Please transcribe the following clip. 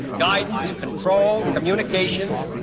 guidance, control, communications,